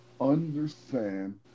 understand